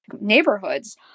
neighborhoods